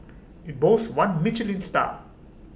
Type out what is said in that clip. IT boasts one Michelin star